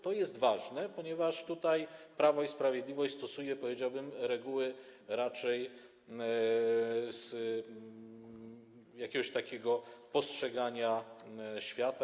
To ważne, ponieważ tutaj Prawo i Sprawiedliwość stosuje, powiedziałbym, reguły raczej z jakiegoś takiego postrzegania świata.